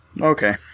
Okay